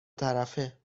طرفه